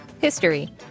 History